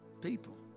People